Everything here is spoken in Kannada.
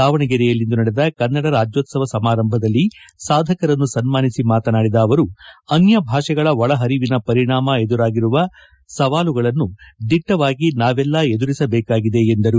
ದಾವಣಗೆರೆಯಲ್ಲಿಂದು ನಡೆದ ಕನ್ನಡ ರಾಜ್ಯೋತ್ಸವ ಸಮಾರಂಭದಲ್ಲಿ ಸಾಧಕರನ್ನು ಸನ್ಮಾನಿಸಿ ಮಾತನಾಡಿದ ಅವರು ಅನ್ತ ಭಾಷೆಗಳ ಒಳಹರಿವಿನ ಪರಿಣಾಮ ಎದುರಾಗಿರುವ ಸವಾಲುಗಳನ್ನು ದಿಟ್ಟವಾಗಿ ನಾವೆಲ್ಲ ಎದುರಿಸಬೇಕಾಗಿದೆ ಎಂದರು